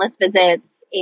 visits